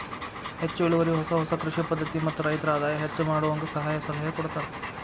ಹೆಚ್ಚು ಇಳುವರಿ ಹೊಸ ಹೊಸ ಕೃಷಿ ಪದ್ಧತಿ ಮತ್ತ ರೈತರ ಆದಾಯ ಹೆಚ್ಚ ಮಾಡುವಂಗ ಸಹಾಯ ಸಲಹೆ ಕೊಡತಾರ